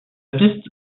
piste